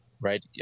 right